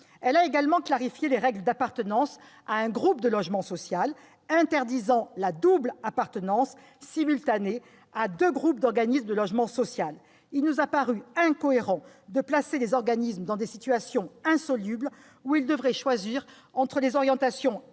Elle a également clarifié les règles d'appartenance à un groupe de logement social, interdisant la double appartenance simultanée à deux groupes d'organismes de logement social. Il nous a paru incohérent de placer les organismes dans des situations insolubles où ils devraient choisir entre les orientations